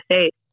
State